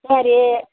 சரி